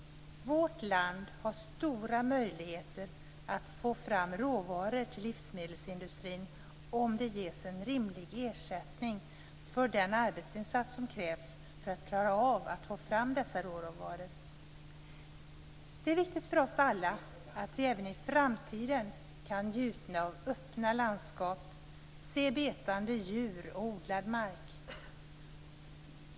Vårt land har stora möjligheter att få fram råvaror till livsmedelsindustrin, om det ges en rimlig ersättning för den arbetsinsats som krävs för att klara av att få fram dessa råvaror. Det är viktigt för oss alla att vi även i framtiden kan njuta av öppna landskap, se betande djur och odlad mark.